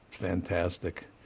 Fantastic